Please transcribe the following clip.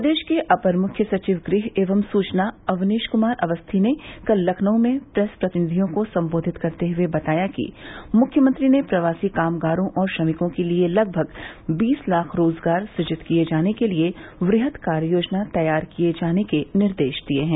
प्रदेश के अपर मुख्य सचिव गृह एवं सूचना अवनीश कुमार अवस्थी ने कल लखनऊ में प्रेस प्रतिनिधियों को सम्बोधित करते हुए बताया कि मुख्यमंत्री ने प्रवासी कामगारों और श्रमिकों के लिए लगभग बीस लाख रोजगार सुजित किये जाने के लिए वृहद कार्ययोजना तैयार किये जाने के निर्देश दिये हैं